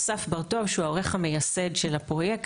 אסף בר-טוב שהוא העורך המייסד של הפרויקט,